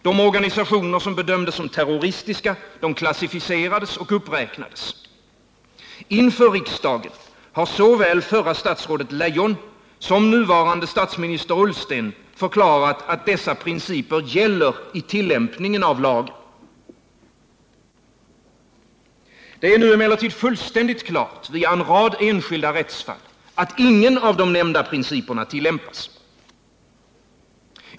De organisationer som bedömdes som terroristiska klassificerades och uppräknades. Inför riksdagen har såväl förra statsrådet Leijon som nuvarande statsminister Ullsten förklarat att dessa principer gäller i tillämpningen av lagen. Det är emellertid nu fullständigt klart vid en rad enskilda rättsfall att ingen av de nämnda principerna tillämpas.